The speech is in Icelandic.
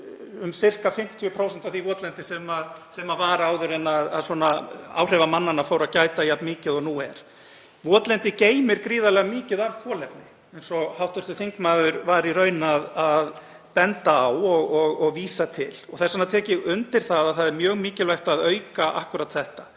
um sirka 50% af því votlendi sem var áður en áhrifa mannanna fór að gæta jafn mikið og nú er. Votlendi geymir gríðarlega mikið af kolefni eins og hv. þingmaður var í raun að benda á og vísa til og þess vegna tek ég undir að það er mjög mikilvægt að auka akkúrat þetta.